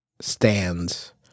stands